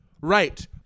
Right